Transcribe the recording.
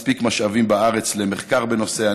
מספיק משאבים בארץ במחקר בנושא.